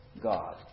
God